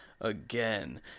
Again